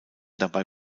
dabei